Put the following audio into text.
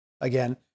Again